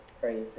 crazy